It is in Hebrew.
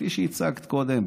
כפי שהצגת קודם,